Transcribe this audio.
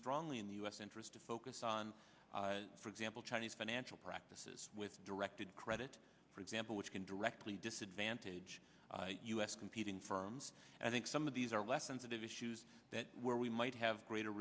strongly in the u s interest to focus on for example chinese financial practices with directed credit for example which can directly disadvantage us competing firms and think some of these are less sensitive issues that where we might have greater